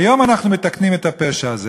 היום אנחנו מתקנים את הפשע הזה.